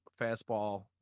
fastball